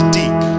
deep